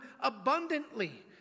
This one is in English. abundantly